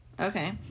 okay